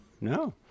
No